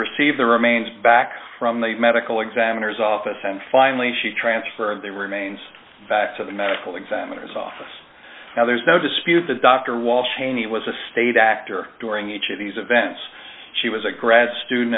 receive the remains back from the medical examiner's office and finally she transfer of the remains back to the medical examiner's office now there's no dispute that dr walsh cheney was a state actor during each of these events she was a grad student